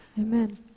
amen